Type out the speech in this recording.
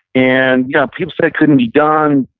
and yeah people said it couldn't be done,